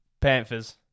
Panthers